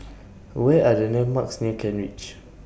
What Are The landmarks near Kent Ridge